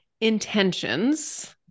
intentions